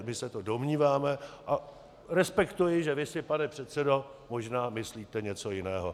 My se to domníváme a respektuji, že vy si, pane předsedo, možná myslíte něco jiného.